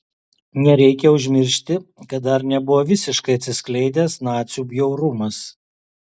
nereikia užmiršti kad dar nebuvo visiškai atsiskleidęs nacių bjaurumas